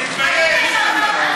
אתה שוביניסט וגזען,